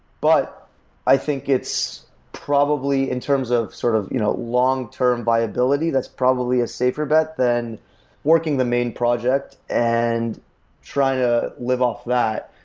but i think it's probably, in terms of sort of you know long term viability, that's probably a safer bet than working the main project and trying to live off that.